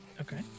Okay